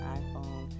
iPhone